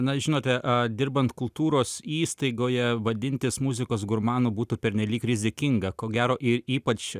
na žinote a dirbant kultūros įstaigoje vadintis muzikos gurmanu būtų pernelyg rizikinga ko gero ir ypač